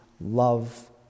love